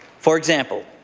for example,